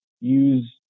use